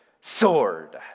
sword